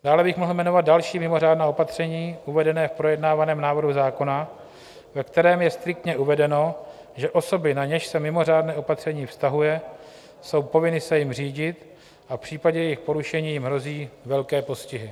Dále bych mohl jmenovat další mimořádná opatření uvedená v projednávaném návrhu zákona, ve kterém je striktně uvedeno, že osoby, na něž se mimořádné opatření vztahuje, jsou povinny se jím řídit a v případě jejich porušení jim hrozí velké postihy.